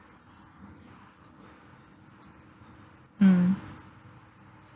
mm